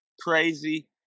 crazy